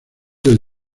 del